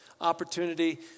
opportunity